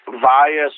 via